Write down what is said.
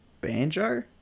Banjo